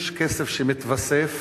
יש כסף שמתווסף,